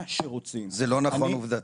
מה שרוצים --- זה לא נכון עובדתית.